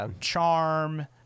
charm